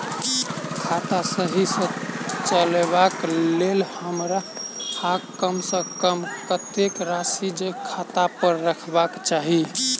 खाता सही सँ चलेबाक लेल हमरा कम सँ कम कतेक राशि खाता पर रखबाक चाहि?